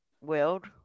world